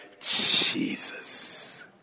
Jesus